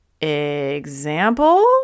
Example